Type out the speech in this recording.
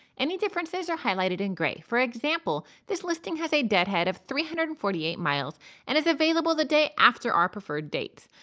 any differences are highlighted in grey. for example, this listing has a deadhead of three hundred and forty eight miles and is available the day after our preferred dates,